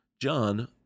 John